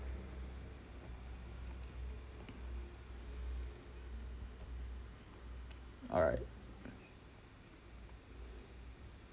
alright